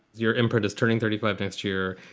your imprint is turning thirty five next year.